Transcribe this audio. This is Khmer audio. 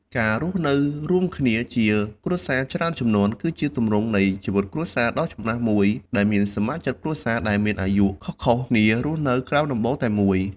ការរស់នៅរួមគ្នាជាគ្រួសារច្រើនជំនាន់ គឺជាទម្រង់នៃជីវិតគ្រួសារដ៏ចំណាស់មួយ ដែលសមាជិកគ្រួសារដែលមានអាយុខុសៗគ្នារស់នៅក្រោមដំបូលតែមួយ។